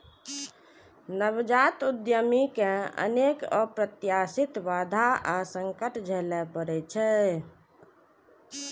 नवजात उद्यमी कें अनेक अप्रत्याशित बाधा आ संकट झेलय पड़ै छै